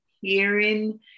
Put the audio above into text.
hearing